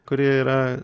kuri yra